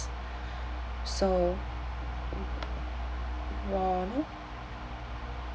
so volume